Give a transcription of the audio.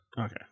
Okay